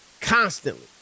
constantly